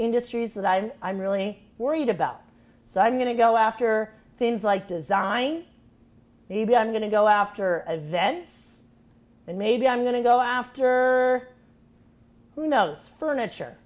industries that i'm i'm really worried about so i'm going to go after things like design maybe i'm going to go after events that maybe i'm going to go after who knows furniture